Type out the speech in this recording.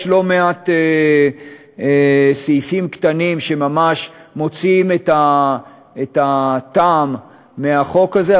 יש לא מעט סעיפים קטנים שממש מוציאים את הטעם מהחוק הזה,